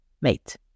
Mate